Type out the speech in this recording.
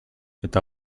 eta